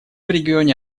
регионе